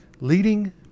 leading